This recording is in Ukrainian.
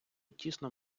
тісно